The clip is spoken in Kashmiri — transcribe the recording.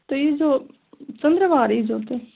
تُہۍ ییٖزیٚو ژٔنٛدٕروار ییٖزیٚو تُہۍ